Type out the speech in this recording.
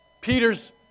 Peter's